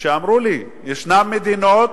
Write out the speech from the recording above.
שאמרו לי: ישנן מדינות